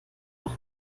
auch